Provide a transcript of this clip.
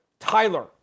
Tyler